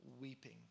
weeping